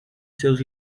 seus